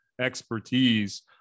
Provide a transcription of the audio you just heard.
expertise